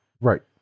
Right